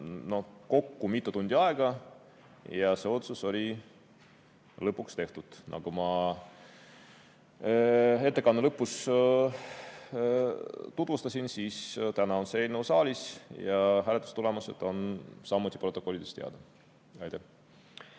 kestsid mitu tundi ja see otsus sai lõpuks tehtud. Nagu ma ettekande lõpus tutvustasin, siis täna on eelnõu saalis ja hääletustulemused on protokollidest teada. Aitäh!